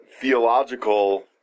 theological